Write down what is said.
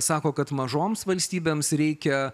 sako kad mažoms valstybėms reikia